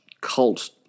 cult